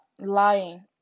lying